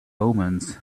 omens